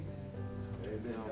Amen